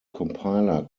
compiler